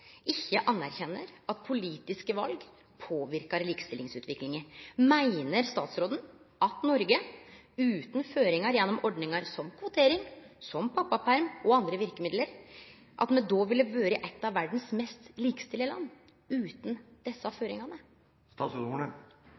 ikkje anerkjenner at politiske val påverkar likestillingsutviklinga? Meiner statsråden at Noreg utan føringar i form av ordningar som kvotering, pappaperm og andre verkemiddel ville ha vore eit av verdas mest likestilte land?